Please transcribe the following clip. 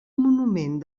monument